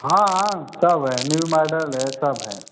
हाँ हाँ सब है न्यू माडल है सब है